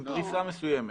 עם פריסה מסוימת,